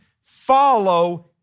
follow